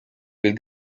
will